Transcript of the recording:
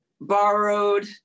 borrowed